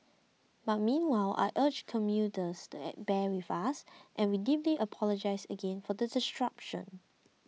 but meanwhile I urge commuters to bear with us and we deeply apologise again for the disruption